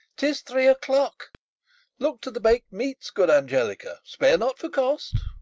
tis three o'clock look to the bak'd meats, good angelica spare not for cost.